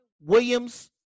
Williams